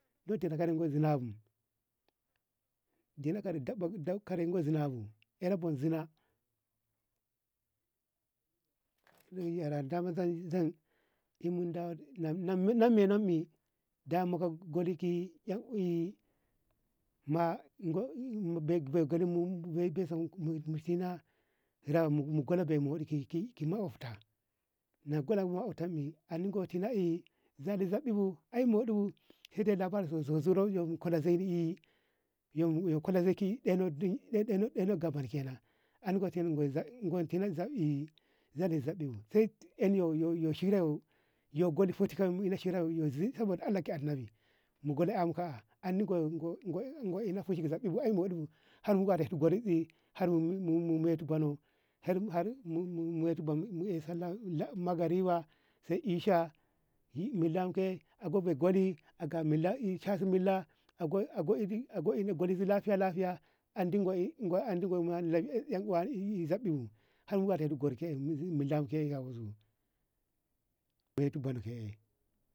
lo delonko zinabo denaka da kare ma zina bo aera bo zina raida manda in munda nameno mi da ma gulki au ae mben mudi ki mukkobta na gona mukabta mi ande goti zani zubti bo ae sai de labari ma zuri ko kulo zui ki yu kolo zui ki deno gaban kenan ande gonteno zalizabi sai ae yu shiro yu saboda allah ka annabi mo gulo kamu kaeh andi ko ina fushi ko zaffe ae muɗi bu har mu gade to buno mu ey sallah magariba sai ey isha yi milamu ke a gogo goli aka mila sha su mia bulisu lafiya lafiya ande gwaini yunnuwani zabɗibu har mu fatetu gwaru ke'e mu dan ke mu medti zimu mu madtu bono ke'e